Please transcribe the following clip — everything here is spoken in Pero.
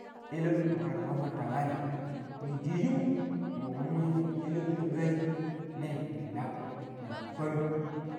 ﻿eleeno mukar kovoo ta nwanim mu jijimu, kumu elemu to ɓaaji ne ni lau na kwo wem.